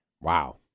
wow